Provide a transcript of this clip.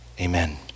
Amen